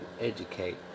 Educate